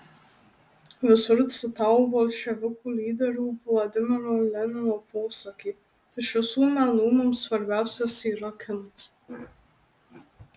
visur citavo bolševikų lyderio vladimiro lenino posakį iš visų menų mums svarbiausias yra kinas